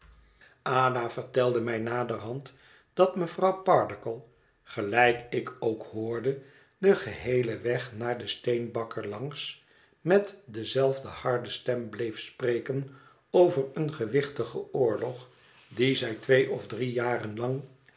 ada vertelde mij naderhand dat mevrouw pardiggle gelijk ik ook hoorde den geheelen weg naar den steenbakker langs met dezelfde harde stem bleef spreken over een gewichtigen oorlog dien zij twee of drie